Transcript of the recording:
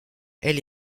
elle